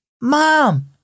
Mom